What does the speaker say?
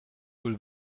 will